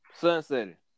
Sunset